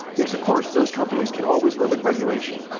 yes, of course, those companies can always live with regulation.